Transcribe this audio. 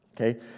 Okay